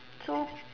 so